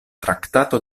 traktato